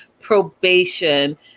probation